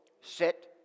sit